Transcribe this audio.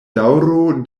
daŭro